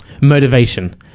motivation